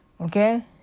Okay